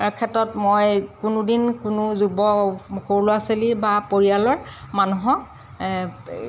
ক্ষেত্ৰত মই কোনোদিন কোনো যুৱ ল'ৰা ছোৱালী বা পৰিয়ালৰ মানুহক